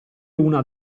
una